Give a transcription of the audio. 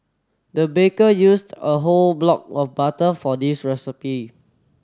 the baker used a whole block of butter for this recipe